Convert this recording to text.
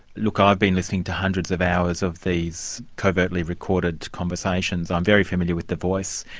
look, i've been listening to hundreds of hours of these covertly recorded conversations, i'm very familiar with the voice,